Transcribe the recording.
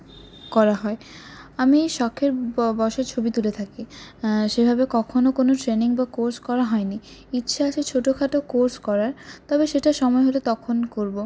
করা হয় আমি শখের ব বশে ছবি তুলে থাকি সেভাবে কখনও কোনো ট্রেনিং বা কোর্স করা হয়নি ইচ্ছে আছে ছোটোখাটো কোর্স করার তবে সেটা সময় হলে তখন করব